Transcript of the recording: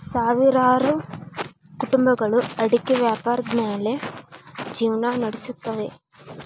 ಸಾವಿರಾರು ಕುಟುಂಬಗಳು ಅಡಿಕೆ ವ್ಯಾಪಾರದ ಮ್ಯಾಲ್ ಜಿವ್ನಾ ನಡಸುತ್ತವೆ